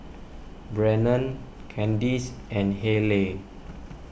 Brennon Kandice and Hayleigh